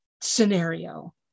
scenario